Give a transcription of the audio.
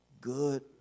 good